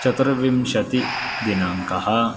चतुर्विंशतिदिनाङ्कः